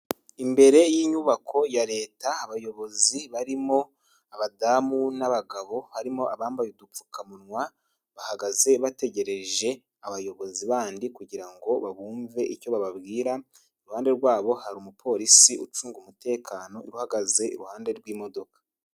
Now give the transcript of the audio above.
Imbere y'inyubako ya Leta, abayobozi barimo abadamu n'abagabo, harimo abambaye udupfukamunwa, bahagaze bategereje abayobozi bandi kugira ngo babumve icyo bababwira, iruhande rwabo hari umupolisi ucunga umutekano uhagaze iruhande rw'imodoka.